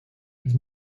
dies